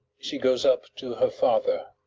she goes up to her father.